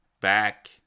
back